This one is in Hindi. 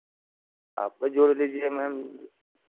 आप ही जोड़ लीजिए मैम